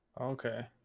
okay